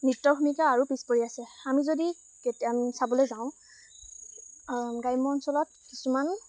নৃত্যৰ ভূমিকা আৰু পিছপৰি আছে আমি যদি কেতিয়া আমি চাবলৈ যাওঁ গ্ৰাম্য অঞ্চলত কিছুমান